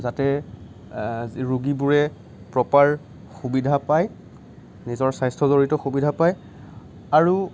যাতে ৰোগীবোৰে প্ৰপাৰ সুবিধা পায় নিজৰ স্বাস্থ্য়জড়িত সুবিধা পায় আৰু